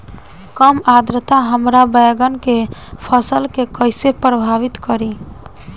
कम आद्रता हमार बैगन के फसल के कइसे प्रभावित करी?